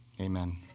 Amen